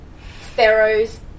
pharaohs